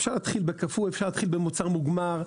אפשר להתחיל בקפוא, אפשר להתחיל במוצר מוגמר.